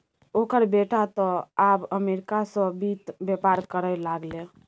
ओकर बेटा तँ आब अमरीका सँ वित्त बेपार करय लागलै